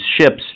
ships